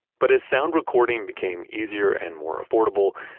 but as sound recording became easier and more affordable,